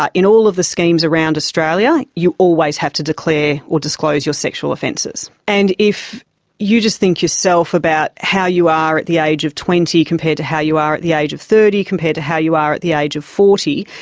in all of the schemes around australia, you always have to declare or disclose your sexual offences. and if you just think yourself about how you are at the age of twenty compared to how you are at the age of thirty, compared to how you are at the age of forty,